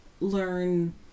learn